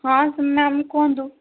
ହଁ ସିମା ମ୍ୟାମ୍ କୁହନ୍ତୁ